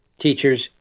teachers